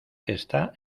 está